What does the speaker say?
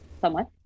somewhat